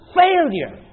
failure